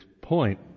point